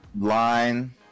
Line